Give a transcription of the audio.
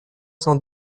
cent